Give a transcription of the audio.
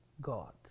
God